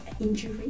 injury